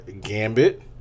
Gambit